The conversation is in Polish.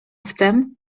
wtem